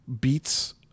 beats